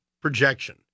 projection